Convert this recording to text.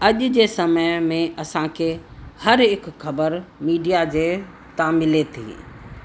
अॼ जे समय में असांखे हर हिकु ख़बर मीडिया जे तां मिले थी